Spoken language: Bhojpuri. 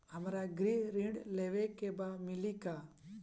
हमरा गृह ऋण लेवे के बा मिली का?